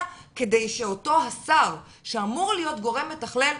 כדי שאותו השר שאמור להיות גורם מתכלל,